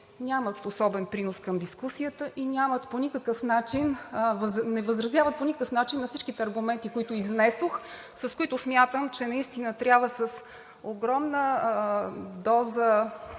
нямат особен принос към дискусията и не възразяват по никакъв начин на всичките аргументи, които изнесох и с които смятам, че наистина трябва с огромна доза